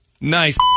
nice